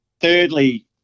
thirdly